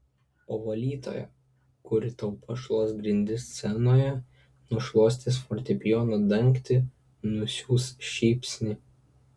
o valytoja kuri tau pašluos grindis scenoje nušluostys fortepijono dangtį nusiųs šypsnį